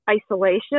isolation